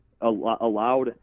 allowed